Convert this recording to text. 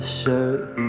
shirt